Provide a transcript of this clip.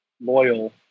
loyal